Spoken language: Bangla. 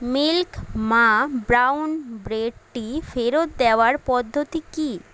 মিল্ক মা ব্রাউন ব্রেডটি ফেরত দেওয়ার পদ্ধতি কী